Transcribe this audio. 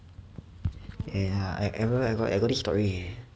ya I I I got this story eh